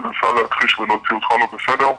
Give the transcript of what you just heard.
מנסה להכחיש ולהוציא אותך לא בסדר,